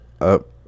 up